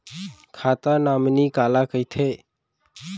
खाता नॉमिनी काला कइथे?